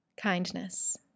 kindness